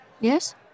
Yes